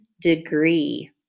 degree